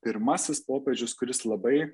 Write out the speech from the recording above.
pirmasis popiežius kuris labai